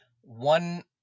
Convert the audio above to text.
one